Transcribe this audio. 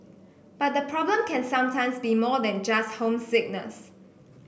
but the problem can sometimes be more than just homesickness